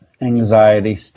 anxiety